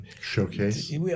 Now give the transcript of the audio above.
showcase